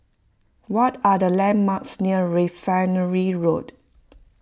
what are the landmarks near Refinery Road